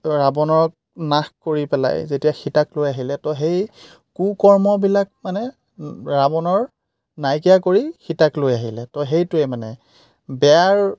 ৰাৱণক নাশ কৰি পেলাই যেতিয়া সীতাক লৈ আহিলে ত' সেই কু কৰ্মবিলাক মানে ৰাৱণৰ নাইকিয়া কৰি সীতাক লৈ আহিলে ত' সেইটোৱে মানে বেয়াৰ